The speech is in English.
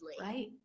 Right